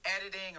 editing